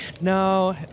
No